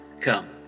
Come